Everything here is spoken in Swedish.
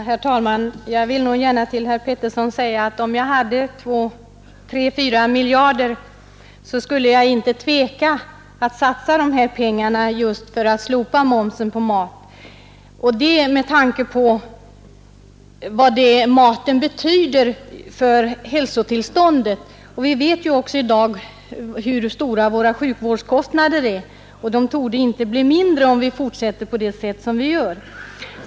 Herr talman! Om jag hade 3 eller 4 miljarder kronor, herr Arne Pettersson i Malmö, skulle jag inte tveka att satsa dessa pengar just på att slopa momsen på mat med tanke på vad maten betyder för hälsotillståndet. Vi vet också hur stora våra sjukvårdskostnader är i dag, och de torde inte bli mindre om vi fortsätter så som vi nu gör.